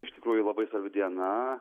iš tikrųjų labai svarbi diena